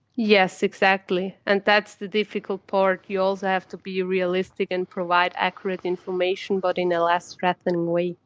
yes, exactly, and that's the difficult part, you also have to be realistic and provide accurate information but in a less threatening way.